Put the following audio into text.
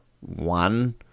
one